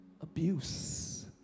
abuse